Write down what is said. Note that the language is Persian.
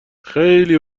خیلی